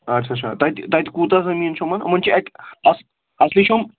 اچھا اچھا تَتہِ تَتہِ کوٗتاہ زٔمیٖن چھُ یِمَن یِمَن چھِ اَتہِ اَص اَصلی چھِیِم